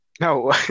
No